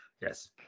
Yes